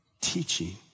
teaching